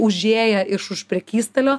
užėję iš už prekystalio